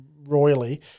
royally